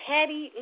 Patty